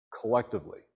collectively